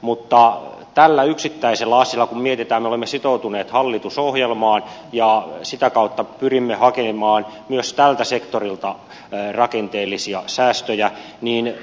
mutta tällä yksittäisellä asialla kun mietitään me olemme sitoutuneet hallitusohjelmaan ja sitä kautta pyrimme hakemaan myös tältä sektorilta rakenteellisia säästöjä niin